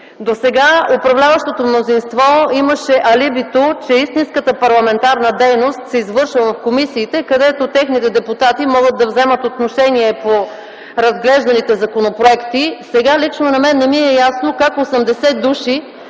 Досега управляващото мнозинство имаше алибито, че истинската парламентарна дейност се извършва в комисиите, където техните депутати могат да вземат отношение по разглежданите законопроекти. Сега лично на мен не ми е ясно как 80 души,